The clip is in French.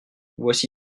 voici